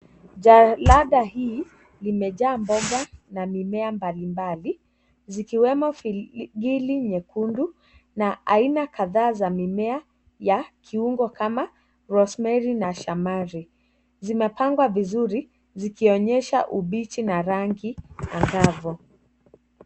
Jalada hii limejaa mboga na mimea mbali mbali zikiwemo filigi nyekundu, na aina kadhaa za mimea ya kiungo kama Rosemary na Shamari, zimepangwa vizuri zikionyesha ubichi na rangi ya njano.